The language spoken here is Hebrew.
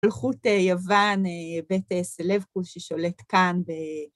מלכות יוון, בית הסלבקוס ששולט כאן.